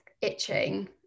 itching